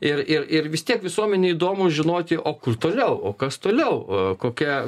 ir ir vis tiek visuomenei įdomu žinoti o kur toliau o kas toliau kokia